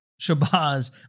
Shabazz